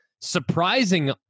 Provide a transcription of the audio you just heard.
surprising